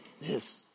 Yes